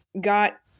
got